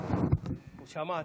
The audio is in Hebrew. שמעתי.